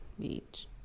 beach